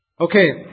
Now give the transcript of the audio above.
Okay